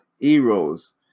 heroes